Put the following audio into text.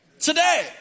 today